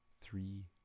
three